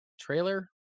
Trailer